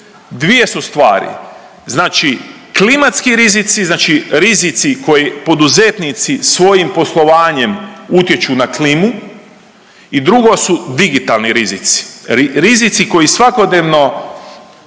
Dvije su stvari, znači klimatski rizici znači rizici koji poduzetnici svojim poslovanjem utječu na klimu i drugo su digitalni rizici. Rizici koji svakodnevno